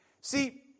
See